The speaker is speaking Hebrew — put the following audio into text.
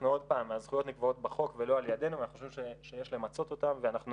הזכויות נקבעות בחוק ולא על ידנו ואנחנו חושבים שיש למצות אותן ואנחנו